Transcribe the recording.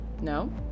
No